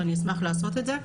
ואני אשמח לעשות את זה.